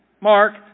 Mark